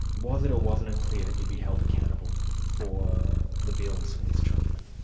was it, or wasn't it clear that you'd be held accountable for the bills for this treatment?